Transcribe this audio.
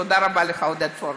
תודה רבה לך, עודד פורר.